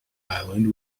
island